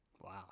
Wow